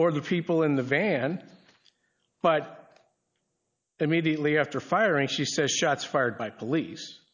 or the people in the van but immediately after firing she says shots fired by police